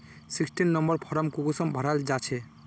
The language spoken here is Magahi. सिक्सटीन नंबर फारम कुंसम भराल जाछे?